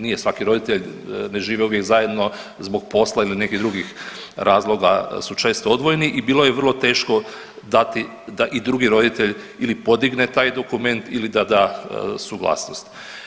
Nije svaki roditelj, ne žive uvijek zajedno zbog posla ili nekih drugih razloga su često odvojeni i bilo je vrlo teško dati da i drugi roditelj ili podigne taj dokument ili da da suglasnost.